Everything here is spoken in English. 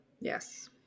Yes